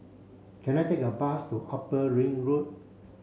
can I take a bus to Upper Ring Road